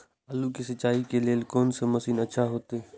आलू के सिंचाई के लेल कोन से मशीन अच्छा होते?